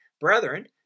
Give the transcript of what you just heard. brethren